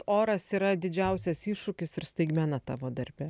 oras yra didžiausias iššūkis ir staigmena tavo darbe